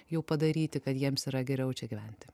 jau padaryti kad jiems yra geriau čia gyventi